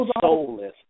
soulless